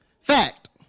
Fact